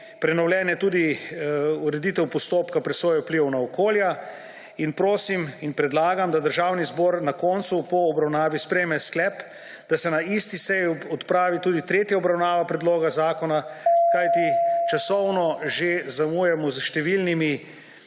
prenovljena je tudi ureditev postopka presoje vplivov na okolje. Prosim in predlagam, da Državni zbor na koncu po obravnavi sprejme sklep, da se na isti seji opravi tudi tretja obravnava predloga zakona, kajti časovno zamujamo s številnimi